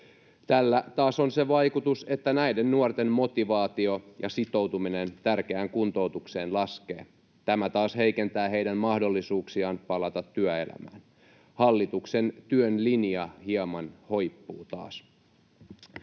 Tällä taas on se vaikutus, että näiden nuorten motivaatio ja sitoutuminen tärkeään kuntoutukseen laskee. Tämä taas heikentää heidän mahdollisuuksiaan palata työelämään. Hallituksen työn linja hieman hoippuu taas.